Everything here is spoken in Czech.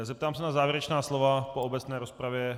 Zeptám se na závěrečná slova po obecné rozpravě.